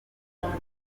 akunda